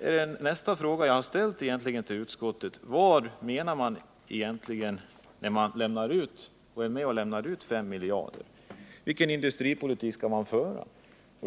Min nästa fråga till utskottet var vad som egentligen är avsikten med utdelandet av de fem miljarderna på detta område. Vilken industripolitik skall man föra i detta sammanhang?